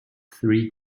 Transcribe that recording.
three